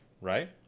right